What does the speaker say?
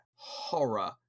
horror